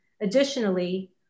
Additionally